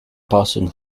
passing